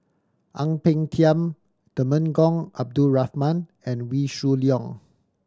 Ang Peng Tiam Temenggong Abdul Rahman and Wee Shoo Leong